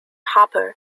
harper